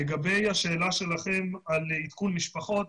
לגבי השאלה שלכם על עדכון משפחות,